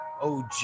OG